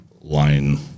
line